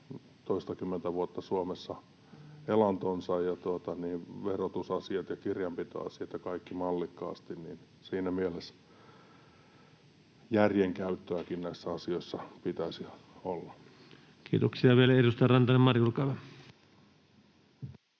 toistakymmentä vuotta Suomessa elantonsa ja verotusasiat ja kirjanpitoasiat ja kaikki mallikkaasti, niin myös siinä mielessä järjen käyttöäkin näissä asioissa pitäisi olla. [Speech 308] Speaker: Ensimmäinen varapuhemies